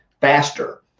faster